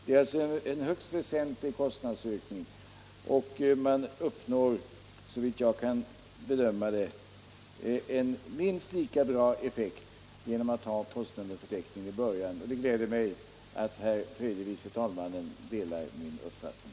Det är alltså en högst väsentlig kostnadsökning. Man uppnår, såvitt jag kan bedöma, en minst lika bra effekt genom att ha postnummerförteckningen i början av katalogen, och det gläder mig att herr tredje vice talmannen delar min uppfattning.